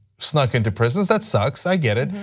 snuck into prisons, that sucks, i get it,